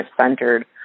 centered